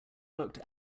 looked